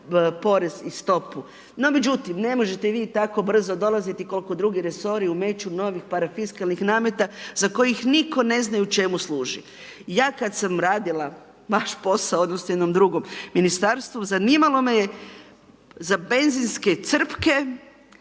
porez i stopu, no međutim ne možete vi tako brzo dolaziti koliko drugi resori umeću novih parafiskalnih nameta za kojih nitko ne znaju čemu služi. Ja kad sam radila vaš posao, u jednom drugom ministarstvu, zanimalo me je za benzinske crpke